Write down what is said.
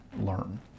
learn